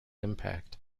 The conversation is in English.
impact